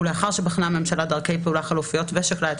ולאחר שבחנה הממשלה דרכי פעולה חלופיות ושקלה את